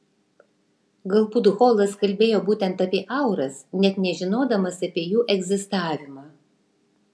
galbūt holas kalbėjo būtent apie auras net nežinodamas apie jų egzistavimą